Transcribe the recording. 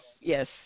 Yes